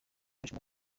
uvuga